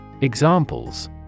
Examples